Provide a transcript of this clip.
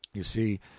you see,